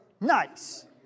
Nice